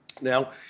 now